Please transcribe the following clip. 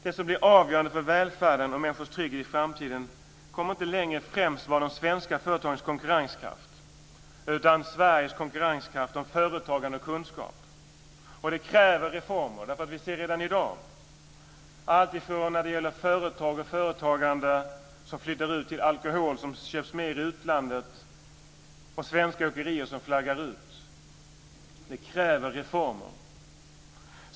Det som blir avgörande för välfärden och människors trygghet i framtiden kommer inte längre att främst vara de svenska företagens konkurrenskraft utan Sveriges konkurrenskraft om företagande och kunskap. Det kräver reformer. Vi ser redan i dag, alltifrån företag som flyttar ut till alkohol som köps i utlandet och svenska åkerier som flaggar ut, att reformer krävs.